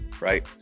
right